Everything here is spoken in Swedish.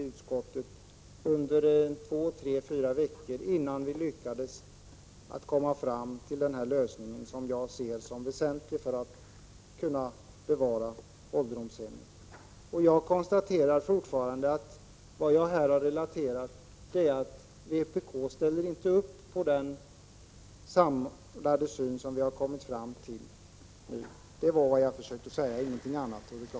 Det dröjde ju mellan två och fyra veckor innan vi lyckades komma fram till den aktuella lösningen, som jag ser som någonting väsentligt när det gäller att bevara ålderdomshemmen. Jag hävdar fortfarande att vpk inte har samma samlade syn som vi har i detta sammanhang. Det — och ingenting annat — är vad jag har försökt att säga, Tore Claeson!